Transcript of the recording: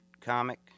Comic